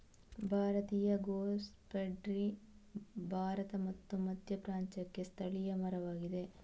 ಭಾರತೀಯ ಗೂಸ್ಬೆರ್ರಿ ಭಾರತ ಮತ್ತು ಮಧ್ಯಪ್ರಾಚ್ಯಕ್ಕೆ ಸ್ಥಳೀಯ ಮರವಾಗಿದೆ